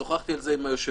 שוחחתי על זה עם היושב-ראש,